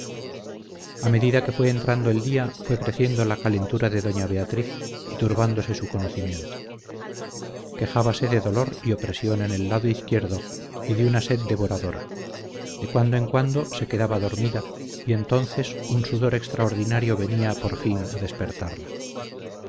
a medida que fue entrando el día fue creciendo la calentura de doña beatriz y turbándose su conocimiento quejábase de dolor y opresión en el lado izquierdo y de una sed devoradora de cuando en cuando se quedaba dormida y entonces un sudor extraordinario venía por fin a despertarla